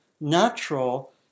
natural